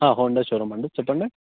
Honda showroom అండి చెప్పండి